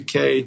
UK